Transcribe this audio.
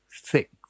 thick